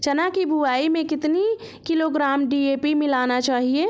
चना की बुवाई में कितनी किलोग्राम डी.ए.पी मिलाना चाहिए?